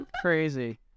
Crazy